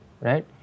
right